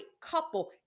couple